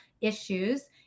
issues